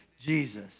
Jesus